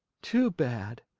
too bad,